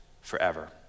forever